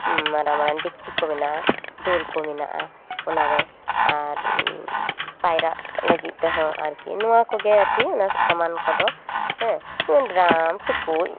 ᱢᱟᱨᱟᱝ ᱢᱟᱨᱟᱝ ᱰᱤᱠᱪᱤ ᱠᱚ ᱢᱮᱱᱟᱜᱼᱟ ᱰᱳᱞ ᱠᱚ ᱢᱮᱱᱟᱜᱼᱟ ᱚᱱᱟ ᱨᱮ ᱟᱨ ᱯᱟᱭᱨᱟᱜ ᱞᱟᱹᱜᱤᱫ ᱛᱮᱦᱚᱸ ᱟᱨᱠᱤ ᱱᱚᱣᱟ ᱠᱚᱜᱮ ᱟᱨᱠᱤ ᱱᱟᱥᱮ ᱥᱟᱢᱟᱱ ᱠᱚᱫᱚ ᱦᱮᱸ ᱡᱮᱢᱚᱱ ᱰᱮᱨᱟᱢ ᱴᱩᱠᱩᱡ